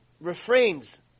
refrains